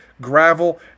gravel